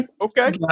Okay